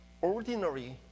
ordinary